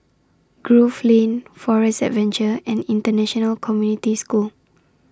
Grove Lane Forest Adventure and International Community School